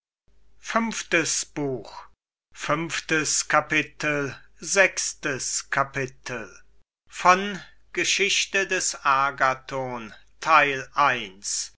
fünftes kapitel der anti platonismus in nuce sechstes kapitel ungelehrigkeit des agathon